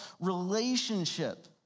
relationship